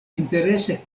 interese